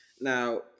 Now